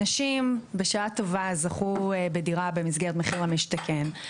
אנשים בשעה טובה זכו בדירה במסגרת מחיר למשתכן.